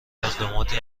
اقداماتی